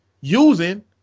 using